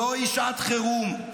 זוהי שעת חירום.